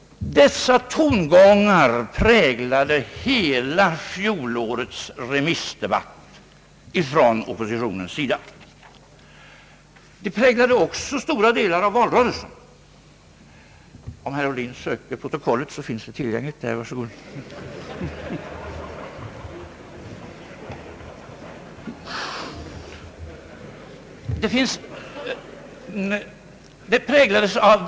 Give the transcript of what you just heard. Dessa tongångar präglade fjolårets remissdebatt från oppositionens sida. De präglade också stora delar av valrörelsen. Om herr Ohlin, som jag nu ser här i kammaren, söker protokollet finns det tillgängligt här, varsågod!